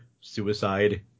suicide